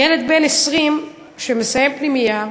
ילד בן 20 שמסיים פנימייה,